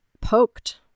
poked